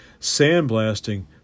sandblasting